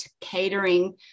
catering